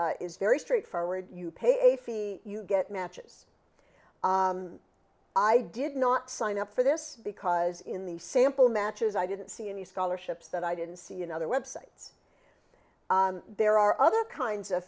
is very straightforward you pay a fee you get matches i did not sign up for this because in the sample matches i didn't see any scholarships that i didn't see in other websites there are other kinds of